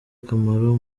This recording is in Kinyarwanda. kamaro